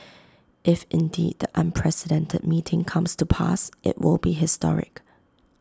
if indeed the unprecedented meeting comes to pass IT will be historic